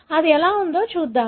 అది ఎలా ఉందో చూద్దాం